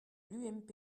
l’ump